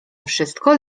wszystko